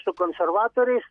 su konservatoriais